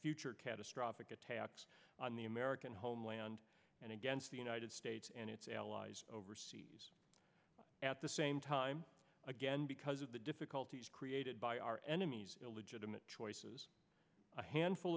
future catastrophic attacks on the american homeland and against the united states and its allies overseas at the same time again because of the difficulties created by our enemies illegitimate choices a handful